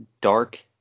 dark